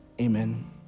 Amen